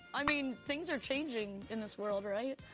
i mean, things are changing in this world, right?